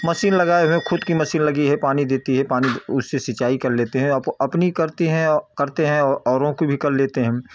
machine लगाए हुए हैं ख़ुद की मशीन लगी है पानी देती है पानी उससे सिंचाई कर लेते हैं अप अपनी करते हैं और करते हैं औरों की भी कर लेते हैं हम